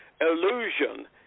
illusion